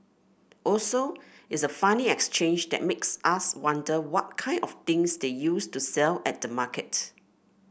also it's a funny exchange that makes us wonder what kind of things they used to sell at the market